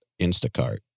Instacart